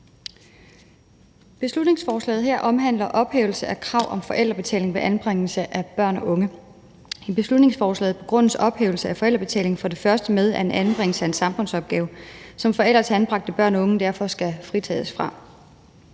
Beslutningsforslaget her omhandler ophævelse af krav om forældrebetaling ved anbringelse af børn og unge. I beslutningsforslaget begrundes ophævelse af forældrebetaling for det første med, at en anbringelse er en samfundsopgave, som forældre til anbragte børn og unge derfor skal fritages for.